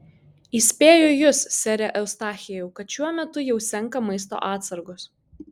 įspėju jus sere eustachijau kad šiuo metu jau senka maisto atsargos